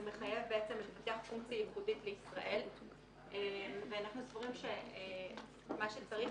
זה מחייב פונקציה ייחודית לישראל ואנחנו סבורים שמה שצריך